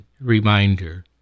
reminder